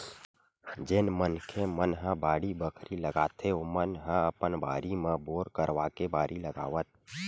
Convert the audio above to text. जेन मनखे मन ह बाड़ी बखरी लगाथे ओमन ह अपन बारी म बोर करवाके बारी लगावत